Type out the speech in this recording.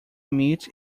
meet